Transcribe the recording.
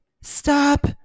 Stop